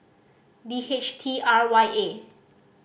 D H T R Y A